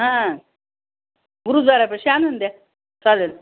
हा गुरुद्वारापाशी आणून द्या चालेल